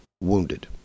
wounded